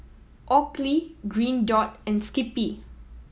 Oakley Green Dot and Skippy